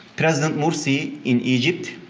president morsi in egypt.